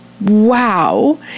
wow